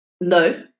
No